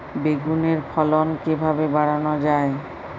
বেগুনের ফলন কিভাবে বাড়ানো যায়?